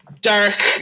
dark